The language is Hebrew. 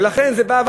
וכל זה בא,